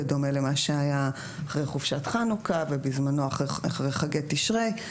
בדומה למה שהיה אחרי חופשת חנוכה ובזמנו אחרי חגי תשרי,